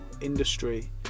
industry